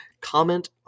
Comment